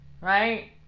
Right